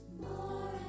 more